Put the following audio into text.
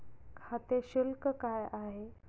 खाते शुल्क काय आहे?